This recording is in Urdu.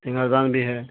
تنگزانگ بھی ہے